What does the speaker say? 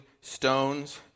stones